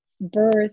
birth